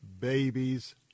babies